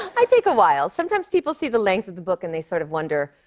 i take a while. sometimes, people see the length of the book, and they sort of wonder,